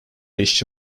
işçi